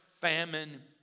famine